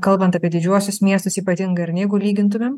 kalbant apie didžiuosius miestus ypatingai ar ne jeigu lygintumėm